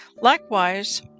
Likewise